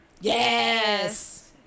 Yes